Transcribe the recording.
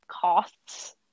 costs